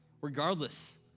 regardless